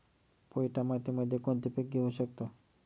पोयटा मातीमध्ये कोणते पीक घेऊ शकतो?